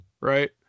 right